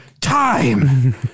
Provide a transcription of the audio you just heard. time